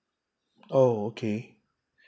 oh okay